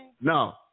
No